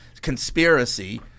conspiracy